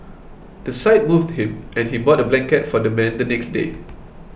the sight moved him and he bought a blanket for the man the next day